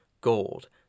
gold